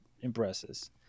impresses